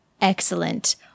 Excellent